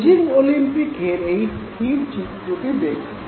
Beijing ওলিম্পিকের এই স্থিরচিত্রটি দেখুন